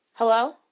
Hello